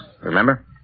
Remember